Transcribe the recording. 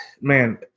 man